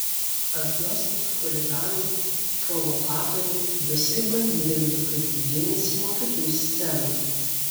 ant jos lips chuliganai provokatoriai visaip bandydami nukreipti dėmesį nuo kitų scenų